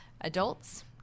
adults